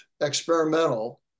experimental